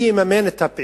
למשל, מי יממן את הפעילות